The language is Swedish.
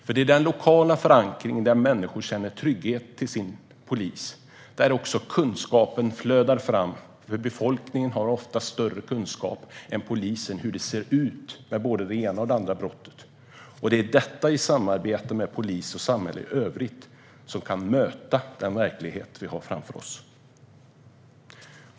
Det är i den lokala förankringen, när människor känner trygghet till sin polis, som kunskapen flödar fram. Befolkningen har ju oftast större kunskap än polisen om hur det ser ut med både det ena och det andra brottet. Detta kan i samarbete med polis och samhälle i övrigt möta den verklighet som vi har framför oss.